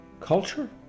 Culture